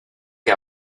que